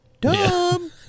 dumb